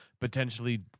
potentially